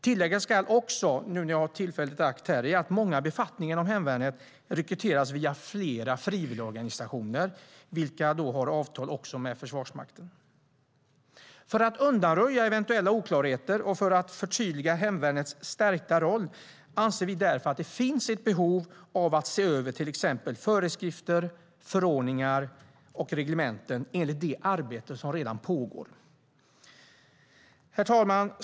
Tilläggas ska också, nu när jag har tillfälle, att många befattningar inom hemvärnet rekryteras via flera frivilligorganisationer vilka har avtal med Försvarsmakten. För att undanröja eventuella oklarheter och förtydliga hemvärnets stärkta roll anser vi att det finns ett behov av att se över till exempel föreskrifter, förordningar och reglementen enligt det arbete som redan pågår. Herr talman!